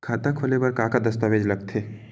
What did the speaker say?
खाता खोले बर का का दस्तावेज लगथे?